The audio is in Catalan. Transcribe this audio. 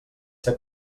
ser